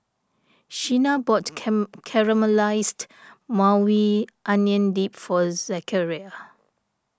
Sheena bought came Caramelized Maui Onion Dip for Zachariah